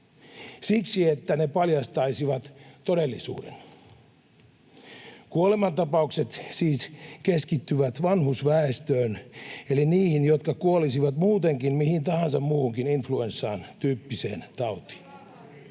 Siksi, että ne paljastaisivat todellisuuden. Kuolemantapaukset siis keskittyvät vanhusväestöön eli niihin, jotka kuolisivat muutenkin mihin tahansa muuhunkin influenssan tyyppiseen tautiin.